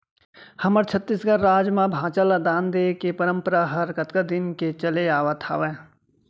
हमर छत्तीसगढ़ राज म भांचा ल दान देय के परपंरा ह कतका दिन के चले आवत हावय